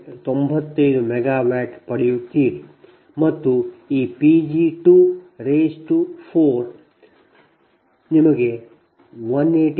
95 megawatt ಪಡೆಯುತ್ತೀರಿ ಮತ್ತು ಈ P g2 ನಿಮಗೆ 185